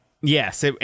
Yes